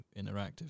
interactive